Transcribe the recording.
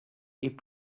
est